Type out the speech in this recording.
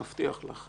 אני מבטיח לך.